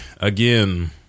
again